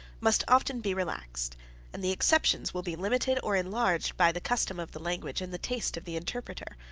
must often be relaxed and the exceptions will be limited or enlarged by the custom of the language and the taste of the interpreter.